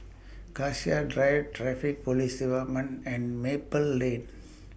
Cassia Drive Traffic Police department and Maple Lane